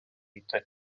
йти